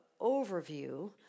overview